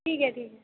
ठीक ऐ ठीक